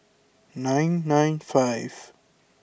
nine nine five